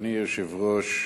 אדוני היושב-ראש,